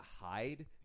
hide